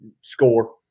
score